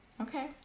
Okay